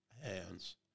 hands